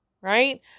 Right